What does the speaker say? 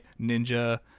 ninja